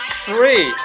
three